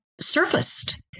surfaced